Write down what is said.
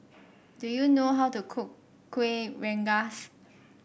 do you know how to cook Kueh Rengas